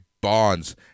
Bonds